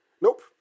Nope